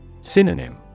Synonym